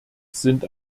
sind